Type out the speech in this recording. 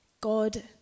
God